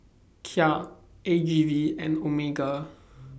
Kia A G V and Omega